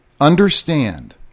Understand